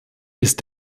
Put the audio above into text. ist